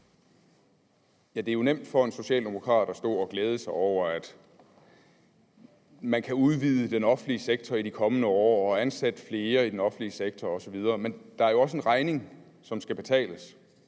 det er jo nemt for en socialdemokrat at stå og glæde sig over, at man kan udvide den offentlige sektor i de kommende år og ansætte flere i den offentlige sektor osv. Men der er jo også en regning, der skal betales.